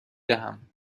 دهم